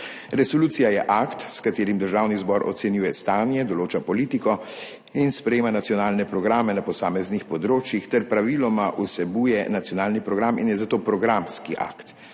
Resolucija je akt s katerim Državni zbor ocenjuje stanje, določa politiko in sprejema nacionalne programe na posameznih področjih ter praviloma vsebuje nacionalni program in je zato programski akt.